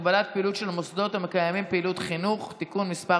שעה) (הגבלת פעילות של מוסדות המקיימים פעילות חינוך) (תיקון מס'